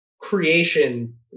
creation